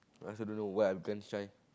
I also don't know what I'm going to try